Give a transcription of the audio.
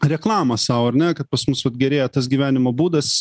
reklamą sau ar ne kad pas mus vat gerėja tas gyvenimo būdas